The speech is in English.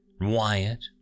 Wyatt